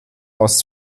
aus